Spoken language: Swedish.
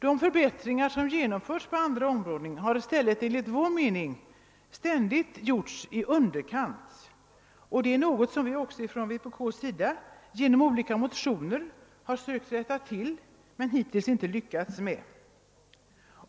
De förbättringar som genomförts på andra områden har i stället enligt vår uppfattning ständigt tagits till i underkant. Detta förhållande har vi från vänsterpartiet kommunisterna genom olika motioner sökt rätta till, men vi har hittills inte lyckats härmed.